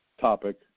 topic